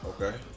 Okay